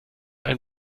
ein